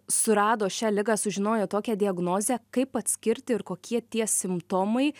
surado šią ligą sužinojo tokią diagnozę kaip atskirti ir kokie tie simptomai